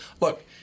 look